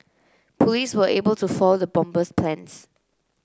police were able to foil the bomber's plans